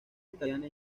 italiana